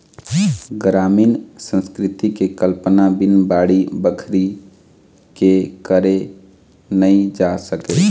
गरामीन संस्कृति के कल्पना बिन बाड़ी बखरी के करे नइ जा सके